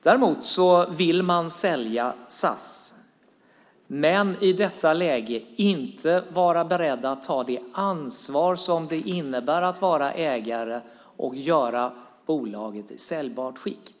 Däremot vill man sälja SAS, men är i detta läge inte beredd att ta det ansvar som det innebär att vara ägare och göra bolaget i säljbart skick.